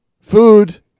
food